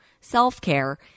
self-care